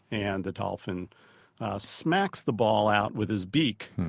and the dolphin smacks the ball out with his beak,